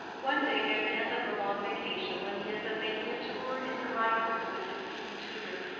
one day near the end of the long vacation, when he had been making a tour in the rhineland with his eton tutor,